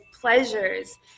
pleasures